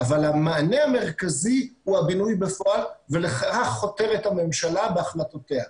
אבל המענה המרכזי הוא הבינוי בפועל ולכך חותרת הממשלה בהחלטותיה.